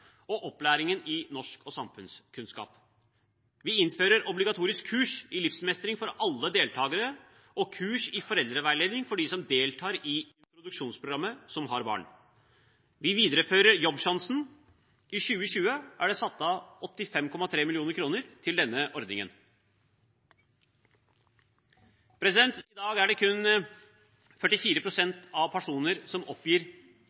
og opplæringen i norsk og samfunnskunnskap. Vi innfører obligatorisk kurs i livsmestring for alle deltakere og kurs i foreldreveiledning for dem som deltar i introduksjonsprogrammet og som har barn. Vi viderefører Jobbsjansen. I 2020 er det satt av 85,3 mill. kr til denne ordningen. I dag er kun 44 pst. av personer som oppgir